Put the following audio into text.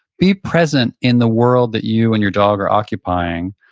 be present in the world that you and your dog are occupying.